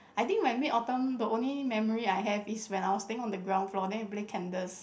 I think my Mid Autumn the only memory I have is when I was staying on the ground floor then we play candles